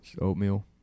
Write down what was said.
Oatmeal